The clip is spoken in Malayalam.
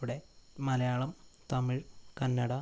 ഇവിടെ മലയാളം തമിഴ് കന്നഡ